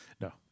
No